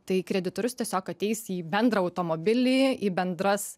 tai kreditorius tiesiog ateis į bendrą automobilį į bendras